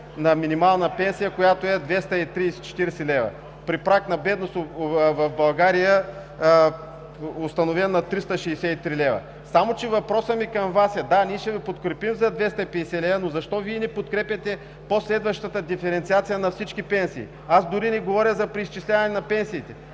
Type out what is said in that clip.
на минималната пенсия, която е 230 – 240 лв., при праг на бедност в България, установен на 363 лв. Само че въпросът ми към Вас е: да, ние ще Ви подкрепим за 250 лв., но защо Вие не подкрепяте последващата диференциация на всички пенсии? Аз дори не говоря за преизчисляване на пенсиите.